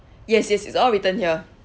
yes yes it's all written here